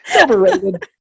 Overrated